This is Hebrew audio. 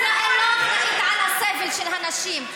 ישראל לא אחראית לסבל של הנשים,